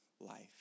life